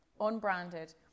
unbranded